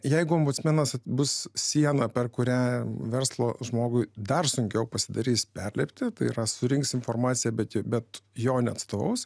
jeigu ombudsmenas bus siena per kurią verslo žmogui dar sunkiau pasidarys perliptitai yra surinks informaciją bet bet jo neatstovaus